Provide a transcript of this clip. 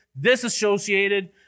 disassociated